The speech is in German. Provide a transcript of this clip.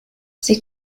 sie